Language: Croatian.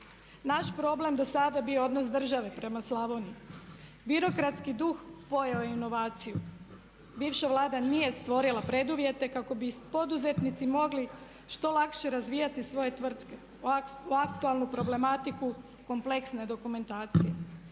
Naš problem dosada je bio odnos države prema Slavoniji. Birokratski duh pojeo je inovaciju, bivša Vlada nije stvorila preduvjete kako bi poduzetnici mogli što lakše razvijati svoje tvrtke …/Ne razumije se./… aktualnu problematiku kompleksne dokumentacije.